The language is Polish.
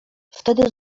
wtedy